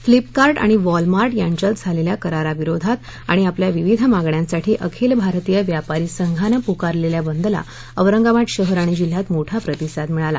Flipkart आणि Walmart यांच्यात झालेल्या कराराविरोधात आणि आपल्या विविध मागण्यांसाठी अखिल भारतीय व्यापारी संघानं पुकारलेल्या बंदला औरंगाबाद शहर आणि जिल्ह्यात मोठा प्रतिसाद मिळाला